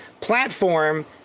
platform